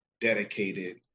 dedicated